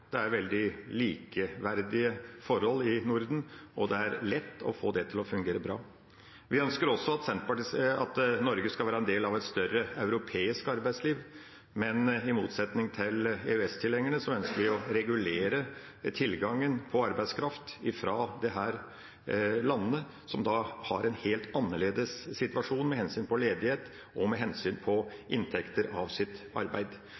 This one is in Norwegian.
har fungert veldig bra. Det er veldig likeverdige forhold i Norden, og det er lett å få det til å fungere bra. Vi ønsker også at Norge skal være en del av et større europeisk arbeidsliv. Men i motsetning til EØS-tilhengerne ønsker vi å regulere tilgangen på arbeidskraft fra de landene som har en helt annerledes situasjon med hensyn til ledighet og med hensyn til inntekter av arbeid.